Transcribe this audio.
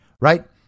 right